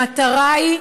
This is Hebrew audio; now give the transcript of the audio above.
המטרה היא: